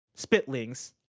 Spitlings